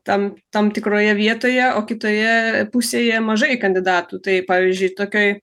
tam tam tikroje vietoje o kitoje pusėje mažai kandidatų tai pavyzdžiui tokioj